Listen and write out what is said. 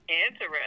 Interesting